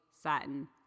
satin